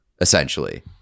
essentially